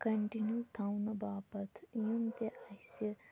continue تھاونہٕ باپَتھ یِم تہِ اَسہِ